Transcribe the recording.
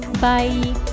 Bye